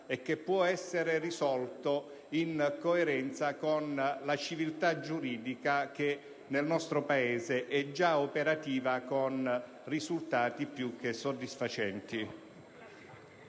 e che può essere risolto in coerenza con la civiltà giuridica che nel nostro Paese è già operativa, con risultati più che soddisfacenti.